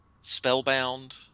Spellbound